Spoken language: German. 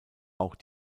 auch